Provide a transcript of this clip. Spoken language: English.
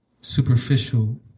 superficial